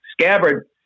Scabbard